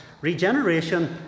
Regeneration